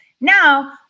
now